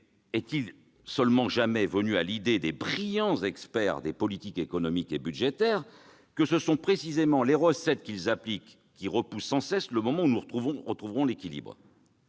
est-il seulement venu à l'idée des brillants experts en politique économique et budgétaire que ce sont précisément les recettes qu'ils appliquent qui repoussent sans cesse le moment où nous retrouverons l'équilibre ?